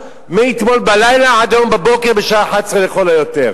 מאתמול בלילה עד היום בבוקר בשעה 11:00 לכל היותר.